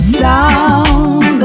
sound